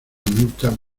multa